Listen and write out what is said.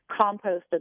composted